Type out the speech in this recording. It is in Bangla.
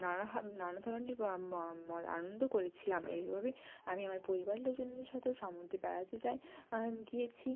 নানাভাব নানা ধরনের ম আনন্দ করেছিলাম এইভাবে আমি আমার পরিবারের লোকজনেদের সাথেও সমুদ্রে বেড়াতে যাই গিয়েছি